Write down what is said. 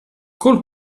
col